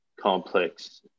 complex